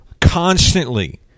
constantly